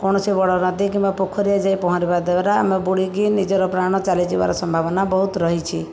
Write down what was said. କୌଣସି ବଡ଼ ନଦୀ କିମ୍ବା ପୋଖୋରୀରେ ଯାଇକି ପହଁରିବା ଦ୍ଵାରା ଆମେ ବୁଡ଼ିକି ନିଜର ପ୍ରାଣ ଚାଲିଯିବାର ସମ୍ଭାବନା ବହୁତ ରହିଛି